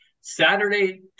Saturday